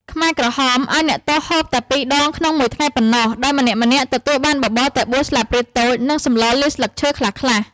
ខ្មែរក្រហមឱ្យអ្នកទោសហូបតែពីរដងក្នុងមួយថ្ងៃប៉ុណ្ណោះ ដោយម្នាក់ៗទទួលបានបបរតែបួនស្លាបព្រាតូច និងសម្លលាយស្លឹកឈើខ្លះៗ។